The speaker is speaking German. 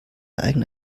eigene